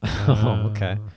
Okay